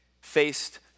faced